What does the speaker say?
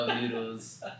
noodles